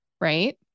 right